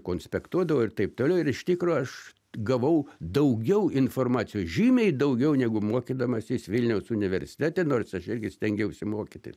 konspektuodavau ir taip toliau ir iš tikro aš gavau daugiau informacijos žymiai daugiau negu mokydamasis vilniaus universitete nors aš irgi stengiausi mokytis